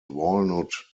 walnut